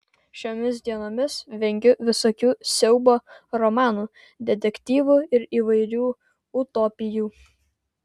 šiomis dienomis vengiu visokių siaubo romanų detektyvų ir įvairių utopijų